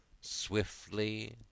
Swiftly